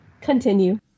continue